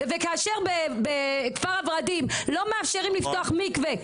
וכאשר בכפר הוורדים לא מאפשרים לפתוח מקווה,